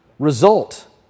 Result